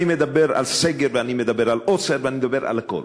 אני מדבר על סגר ואני מדבר על עוצר ואני מדבר על הכול.